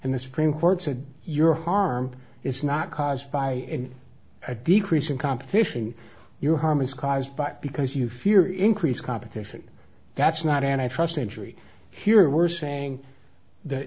and this supreme court's a your harm is not caused by in a decrease in competition your harm is caused by because you fear increase competition that's not an i trust injury here were saying the